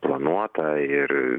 planuota ir